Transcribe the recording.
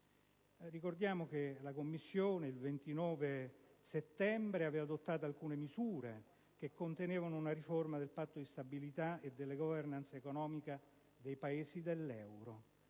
Ricordiamo che la Commissione il 29 settembre aveva adottato alcune misure che contenevano una riforma del Patto di stabilità e delle *governance* economiche dei Paesi dell'euro.